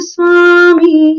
Swami